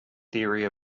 theory